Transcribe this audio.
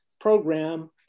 program